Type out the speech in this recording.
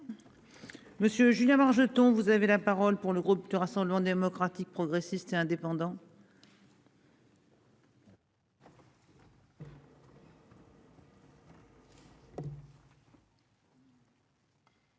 Monsieur Julien Bargeton, vous avez la parole pour le groupe de rassemblement démocratique progressiste et indépendant. Madame